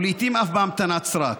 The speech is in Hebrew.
ולעיתים אף בהמתנת סרק.